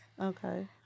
Okay